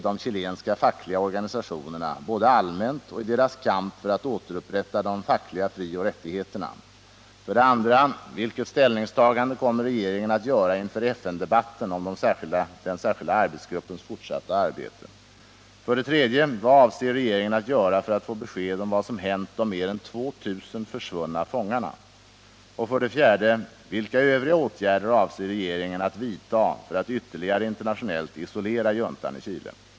Vilket ställningstagande kommer regeringen att göra inför FN-debatten om den särskilda arbetsgruppens fortsatta arbete? 4. Vilka övriga åtgärder avser regeringen att vidta för att ytterligare internationellt isolera juntan i Chile?